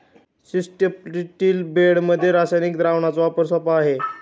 स्ट्रिप्टील बेडमध्ये रासायनिक द्रावणाचा वापर सोपा आहे